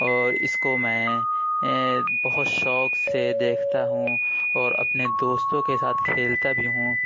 اور اس کو میں ایں بہت شوق سے دیکھتا ہوں اور اپنے دوستوں کے ساتھ کھیلتا بھی ہوں